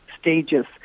stages